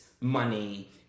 money